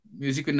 music